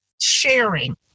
sharing